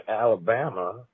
Alabama